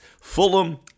Fulham